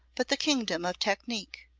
but the kingdom of technique.